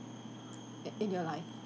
i~ in your life